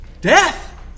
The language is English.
Death